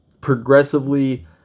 progressively